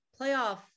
playoff